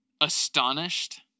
astonished